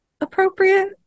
appropriate